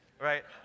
right